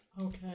Okay